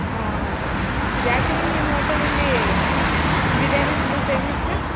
ಹ್ಞೂ ಹಾಂ ಯಾಕೆ ಮ್ಯಾಮ್ ನಿಮ್ಮ ಓಟೆಲಲ್ಲಿ ಬಿರ್ಯಾನಿ ತುಂಬ ಫೇಮಸ್ಸು